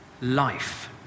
life